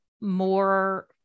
more